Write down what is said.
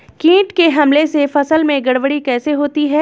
कीट के हमले से फसल में गड़बड़ी कैसे होती है?